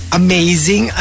amazing